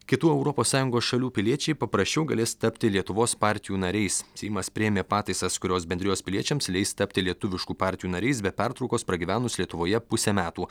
kitų europos sąjungos šalių piliečiai paprasčiau galės tapti lietuvos partijų nariais seimas priėmė pataisas kurios bendrijos piliečiams leis tapti lietuviškų partijų nariais be pertraukos pragyvenus lietuvoje pusę metų